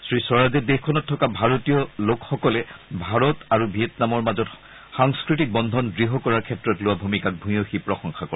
শ্ৰীস্বৰাজে দেশখনত থকা ভাৰতীয় লোকসকলে ভাৰত আৰু ভিয়েটনামৰ মাজত সাংস্কৃতিক বন্ধন দ্য় কৰাৰ ক্ষেত্ৰত লোৱা ভূমিকাক ভূয়সী প্ৰসংশা কৰে